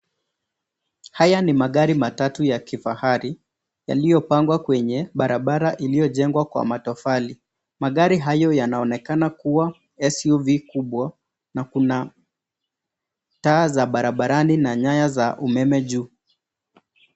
Haya ni magari matau ya kifahari yaliyopangwa kwenye barabara iliyojengwa kwa matofali. magari hayo yanaonekana kuwa SUV kubwa na kuna taa za barabarani na nyaya za umeme juu.